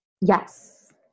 yes